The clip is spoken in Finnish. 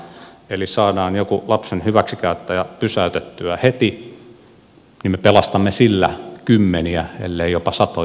eli kun me saamme jonkun lapsen hyväksikäyttäjän pysäytettyä heti niin me pelastamme sillä kymmeniä ellei jopa satoja lapsia